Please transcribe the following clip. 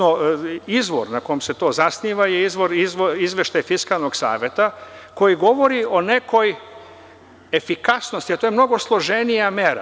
Izvor na kom se to zasniva je izveštaj Fiskalnog saveta, koji govori o nekoj efikasnosti, a to je mnogo složenija mera.